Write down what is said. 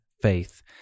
faith